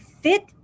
fit